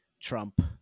Trump